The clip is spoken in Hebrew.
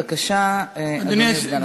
בבקשה, אדוני סגן השר.